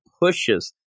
pushes